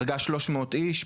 הרגה 300 איש,